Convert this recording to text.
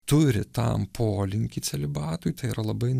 turi tam polinkį celibatui tai yra labai